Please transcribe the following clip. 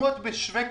תרומות בשווה כסף,